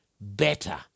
better